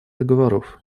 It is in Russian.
договоров